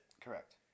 Correct